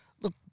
Look